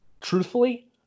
truthfully